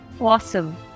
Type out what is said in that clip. Awesome